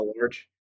large